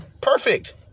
Perfect